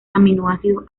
aminoácidos